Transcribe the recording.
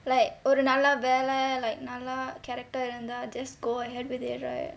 like ஒரு நல்ல வேலை:oru nalla velai like நல்ல:nalla character இருந்தா:irunthaa just go ahead with it right